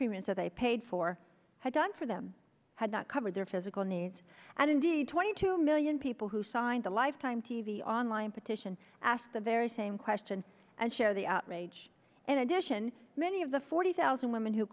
premiums or they paid for had done for them had not covered their physical needs and indeed twenty two million people who signed the lifetime t v online petition asked the very same question and show the outrage in addition many of the forty thousand women who